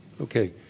Okay